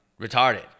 retarded